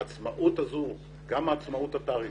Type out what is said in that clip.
העצמאות הזו, גם העצמאות התעריפית,